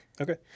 Okay